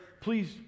please